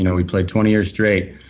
you know we played twenty years straight.